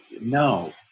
no